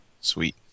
Sweet